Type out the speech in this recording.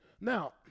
Now